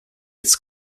its